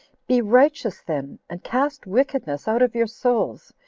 be righteous then, and cast wickedness out of your souls,